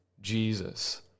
Jesus